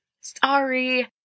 sorry